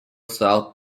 south